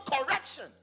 correction